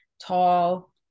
tall